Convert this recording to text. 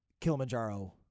Kilimanjaro